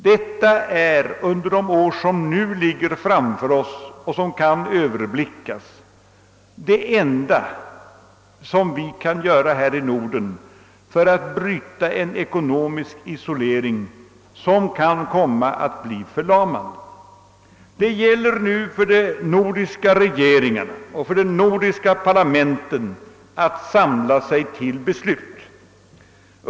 Detta är under de år som nu ligger framför oss och som kan överblickas det enda vi kan göra här i Norden för att bryta en ekonomisk isolering som kan komma att bli förlamande. Det gäller nu för de nordiska regeringarna och för de nordiska parlamenten att samla sig till beslut.